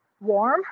Warm